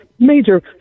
Major